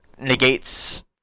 negates